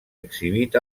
exhibit